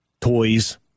toys